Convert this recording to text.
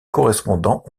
correspondants